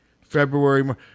February